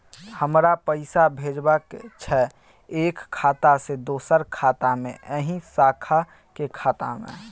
हमरा पैसा भेजबाक छै एक खाता से दोसर खाता मे एहि शाखा के खाता मे?